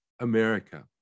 America